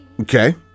Okay